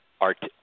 art